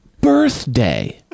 birthday